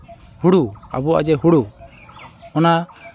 ᱦᱩᱲᱩ ᱟᱵᱚᱣᱟᱜ ᱡᱮ ᱦᱩᱲᱩ ᱚᱱᱟ